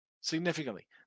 significantly